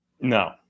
No